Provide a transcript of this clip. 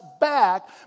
back